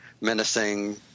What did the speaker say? menacing